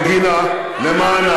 בגינה, למענה,